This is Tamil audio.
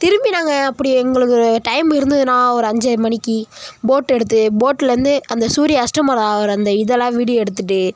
திரும்பி நாங்கள் அப்படி எங்களுக்கு டைம் இருந்ததுன்னால் ஒரு அஞ்சர மணிக்கு போட் எடுத்து போட்லிருந்து அந்த சூரிய அஷ்தமனோம் ஆகிற அந்த இதெல்லாம் வீடியோ எடுத்துகிட்டு